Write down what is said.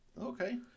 okay